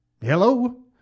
Hello